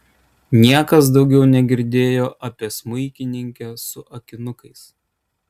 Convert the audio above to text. niekas daugiau negirdėjo apie smuikininkę su akinukais